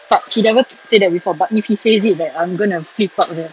tak he never say that before but if he says it that I'm gonna flip out sia